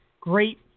Great